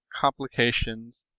complications